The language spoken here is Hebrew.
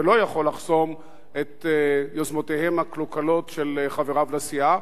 ולא יכול לחסום את יוזמותיהם הקלוקלות של חבריו לסיעה,